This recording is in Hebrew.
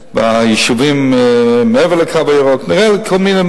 ביישובים מעבר ל"קו הירוק" נראה לי שאלה